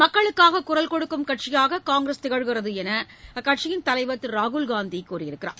மக்களுக்காக குரல் கொடுக்கும் கட்சியாக காங்கிரஸ் திகழ்கிறது என்று அக்கட்சியின் தலைவர் திரு ராகுல்காந்தி கூறியுள்ளார்